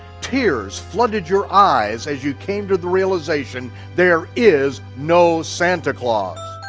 tears flooded your eyes as you came to the realization there is no santa claus.